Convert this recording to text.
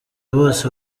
bose